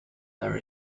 there